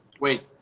Wait